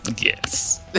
Yes